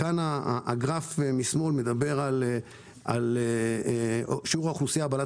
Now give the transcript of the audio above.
הגרף משמאל מראה את שיעור האוכלוסייה בעלת